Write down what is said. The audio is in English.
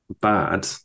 bad